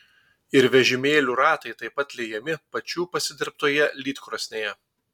ir vežimėlių ratai taip pat liejami pačių pasidirbtoje lydkrosnėje